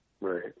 Right